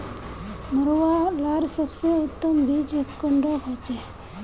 मरुआ लार सबसे उत्तम बीज कुंडा होचए?